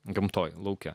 gamtoje lauke